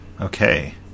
okay